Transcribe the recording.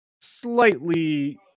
slightly